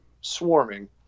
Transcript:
swarming